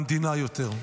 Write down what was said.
למדינה מגיע יותר.